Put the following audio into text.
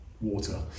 water